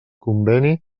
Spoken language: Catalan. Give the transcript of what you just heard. conveni